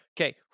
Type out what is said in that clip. Okay